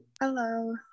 Hello